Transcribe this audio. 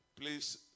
Please